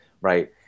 right